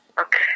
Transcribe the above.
Okay